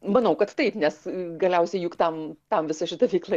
manau kad taip nes galiausiai juk tam tam visa šita veikla